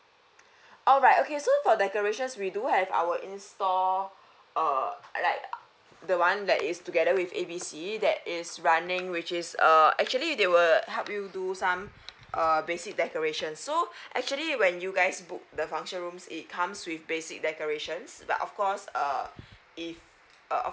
alright okay so for decorations we do have our in store uh like the one that is together with A B C that is running which is uh actually they will help you do some uh basic decorations so actually when you guys book the function rooms it comes with basic decorations but of course err if uh of